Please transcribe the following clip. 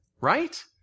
right